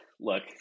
Look